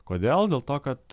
kodėl dėl to kad